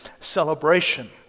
celebration